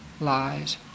lies